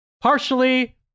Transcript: partially